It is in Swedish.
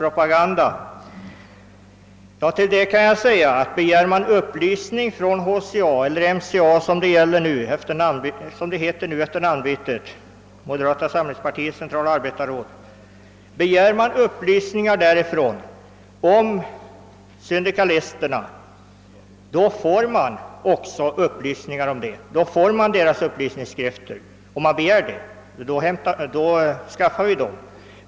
Om man begär upplysningar om syndikalisterna från HCA eller MCA — d. v. s. moderata samlingspartiets centrala arbetarråd, som det heter efter partiets namnbyte — får man också sådana upplysningar. Om man begär att få deras upplysningsskrifter, anskaffar vi också sådana.